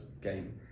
game